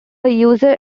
user